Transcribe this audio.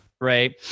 right